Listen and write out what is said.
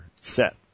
set